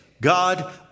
God